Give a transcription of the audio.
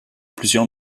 plusieurs